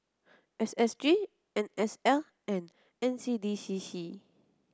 S S G N S L and N C D C C